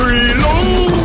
Reload